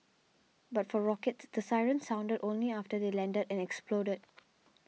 but for rockets the sirens sounded only after they landed and exploded